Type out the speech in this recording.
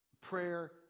prayer